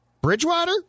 Bridgewater